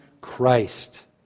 Christ